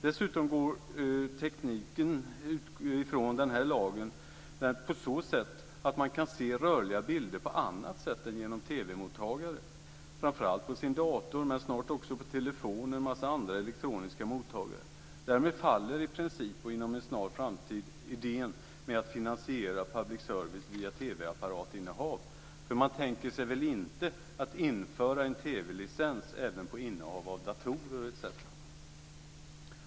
Dessutom går tekniken ifrån den här lagen på så vis att man kan se rörliga bilder på annat sätt än genom TV-mottagare, framför allt på sin dator men också snart på telefon och en mängd andra elektroniska mottagare. Därmed faller i princip och inom en snar framtid idén med att finansiera public service via TV apparatinnehav. För man tänker sig väl inte att införa en TV-licens även på innehav av datorer etc.?